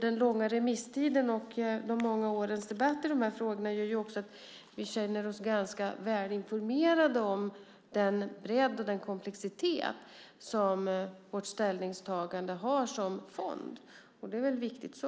Den långa remisstiden och de många årens debatter i dessa frågor gör att vi känner oss ganska välinformerade om den bredd och den komplexitet som vårt ställningstagande har som fond, och det är väl viktigt så.